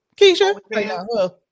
Keisha